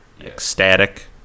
ecstatic